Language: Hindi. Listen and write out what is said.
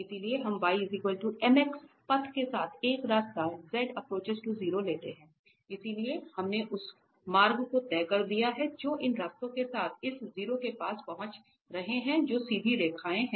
इसलिए हम y mx पथ के साथ एक रास्ता लेते हैं इसलिए हमने उस मार्ग को तय कर दिया है जो इन रास्तों के साथ इस 0 के पास पहुंच रहे हैं जो सीधी रेखाएं हैं